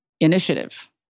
initiative